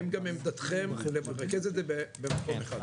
האם גם עמדתכם היא שצריך לרכז את זה במקום אחד?